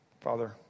Father